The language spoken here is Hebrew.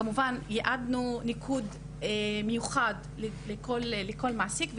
כמובן, ייעדנו ניקוד מיוחד לכל מעסיק.